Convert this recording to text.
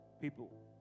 People